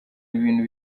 ibintu